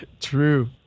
True